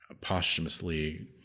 posthumously